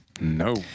No